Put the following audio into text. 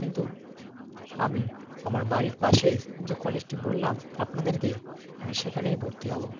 কিন্তু আমি আমার বাড়ির পাশে যে কলেজটি বললাম আপনাদেরকে আমি সেখানেই ভর্তি হবো